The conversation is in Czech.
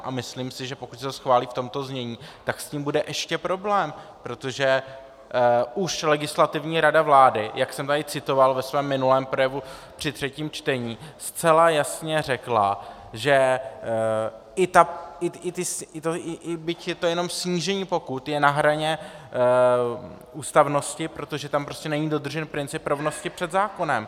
A myslím si, že pokud se to schválí v tomto znění, tak s tím bude ještě problém, protože už Legislativní rada vlády, jak jsem tady citoval ve svém minulém projevu při třetím čtení, zcela jasně řekla, že i byť je to jenom snížení pokut, je to na hraně ústavnosti, protože tam prostě není dodržen princip rovnosti před zákonem.